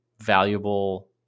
valuable